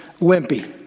wimpy